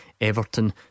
Everton